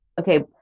okay